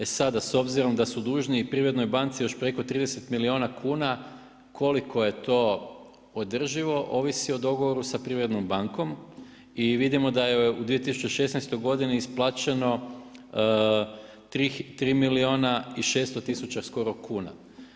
E sada, s obzirom da su dužni i Privrednoj banci još preko 30 milijuna kuna, koliko je to održivo, ovisi o dogovoru sa Privrednom bankom i vidimo da je u 2016.g. isplaćeno 3 milijuna i 600 tisuća skoro kuna.